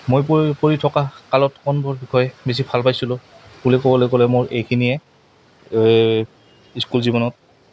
মই পৰি পঢ়ি থকা কালত কোনবোৰ বিষয় বেছি ভাল পাইছিলোঁ বুলি ক'বলৈ গ'লে মোৰ এইখিনিয়ে স্কুল জীৱনত